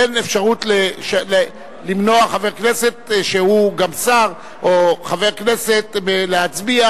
אין אפשרות למנוע חבר כנסת שהוא גם שר או חבר כנסת מלהצביע,